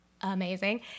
amazing